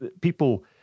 People